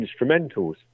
instrumentals